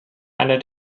einer